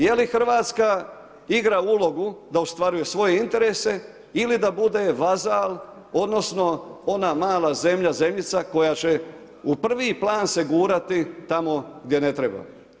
Je li Hrvatska igra ulogu da ostvaruje svoje interese ili da bude vazala odnosno ona mala zemlja, zemljica koja će u prvi plan se gurati tamo gdje ne treba.